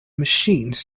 machines